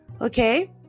Okay